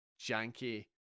janky